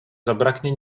zabraknie